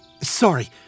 Sorry